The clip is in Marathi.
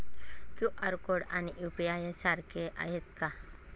क्यू.आर कोड आणि यू.पी.आय सारखे आहेत का?